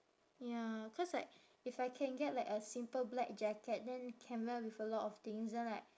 ya cause like if I can get like a simple black jacket then can wear with a lot of things then like